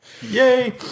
yay